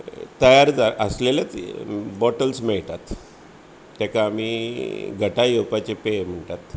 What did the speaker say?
तयार जा आसलेलेच बॉटल्स मेळटात ताका आमी घटाय येवपाचे पेय म्हणटात